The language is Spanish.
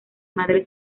madre